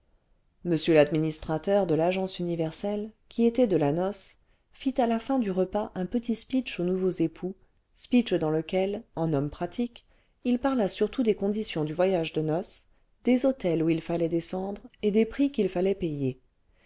m l'administrateur de y agence universelle qui était de la noce fit à la fin du repas un petit speech aux nouveaux époux speech dans lequel en homme pratique il parla surtout des conditions du voyage de noces des hôtels où il fallait descendre et des prix qu'il fallait payer